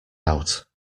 out